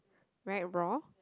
right raw